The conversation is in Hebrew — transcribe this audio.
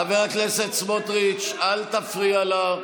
חבר הכנסת סמוטריץ', אל תפריע לה.